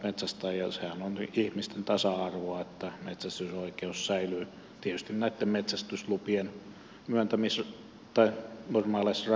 ja sehän on ihmisten tasa arvoa että metsästysoikeus säilyy tietysti näitten metsästyslupien normaaleissa rajoissa